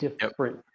different